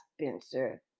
spencer